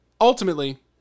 Ultimately